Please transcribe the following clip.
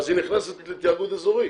אז היא נכנסת לתיאגוד אזורי,